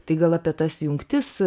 tai gal apie tas jungtis